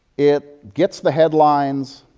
it gets the headlines